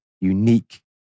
unique